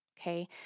okay